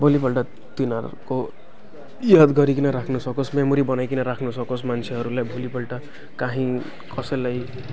भोलिपल्ट तिनीहरूको याद गरिकन राख्न सकोस् मेमोरी बनाइकन राख्न सकोस् मान्छेहरूले भोलिपल्ट काहीँ कसैलाई